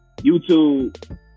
YouTube